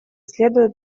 следует